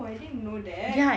!whoa! I didn't know that